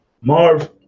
Marv